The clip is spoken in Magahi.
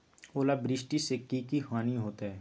ओलावृष्टि से की की हानि होतै?